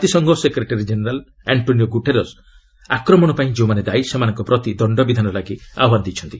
ଜାତିସଂଘ secretary general Antonio Guterres ଆକ୍ରମଣ ପାଇଁ ଯେଉଁମାନେ ଦାୟୀ ସେମାନଙ୍କ ପ୍ରତି ଦଣ୍ଡ ବିଧାନ ଲାଗି ଆହ୍ନାନ ଦେଇଛନ୍ତି